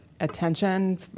attention